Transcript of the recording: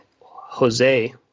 Jose